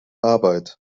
arbeit